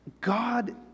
God